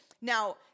Now